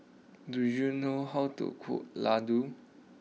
do you know how to cook Ladoo